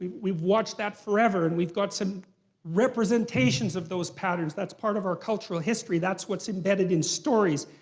we've watched that forever and we've got some representations of those patterns. that's part of our cultural history, that's what's embedded in stories,